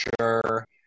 sure